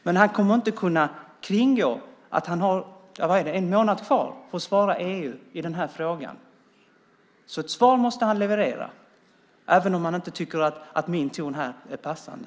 Men han kommer inte att kunna kringgå att han har en månad på sig att svara EU i den här frågan. Ett svar måste han leverera även om han inte tycker att min ton här är passande.